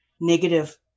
negative